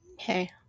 Okay